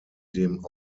dem